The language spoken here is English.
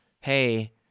hey